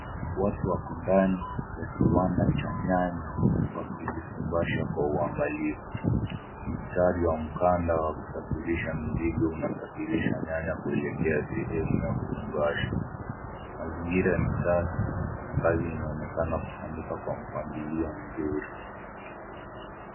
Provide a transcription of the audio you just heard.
Watu wako ndani ya kiwanda cha nyanya wakizifungasha kwa uangalifu, mstari wa mkanda wa kusafirisha mizigo unasafirisha nyanya ya kuelekea sehemu ya kufungashwa mazingira ni safi na kazi inaonekana kufanyika kwa mpangilio mzuri.